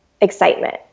excitement